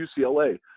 UCLA